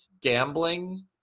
gambling